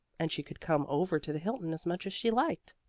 and she could come over to the hilton as much as she liked.